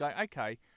Okay